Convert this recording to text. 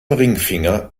ringfinger